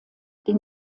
den